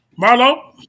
marlo